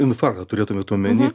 infarktą turėtumėt omeny